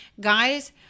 Guys